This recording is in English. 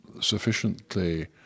sufficiently